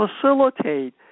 facilitate